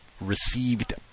received